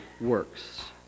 works